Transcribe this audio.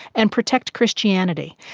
and protect christianity.